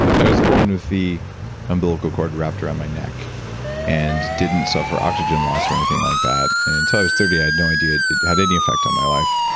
i was born with the umbilical cord wrapped around my neck and didn't suffer oxygen loss or anything like that. and until i was thirty i had no idea it it had any effect on my life.